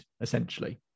essentially